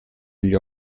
gli